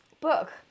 book